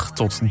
tot